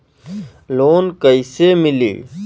Loan कइसे मिलि?